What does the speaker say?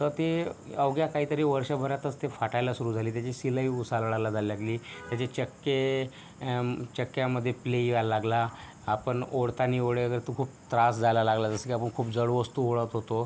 तर ते अवघ्या काहीतरी वर्षभरातच ते फाटायला सुरू झाली त्याची शिलाई उसायला ला ला जाय लागली त्याचे चक्के चक्क्यामध्ये प्ले यायला लागला आपण ओढताना ओढायकरता खूप त्रास द्यायला लागला जसं की आप खूप जड वस्तू ओढत होतो